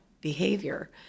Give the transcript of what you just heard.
behavior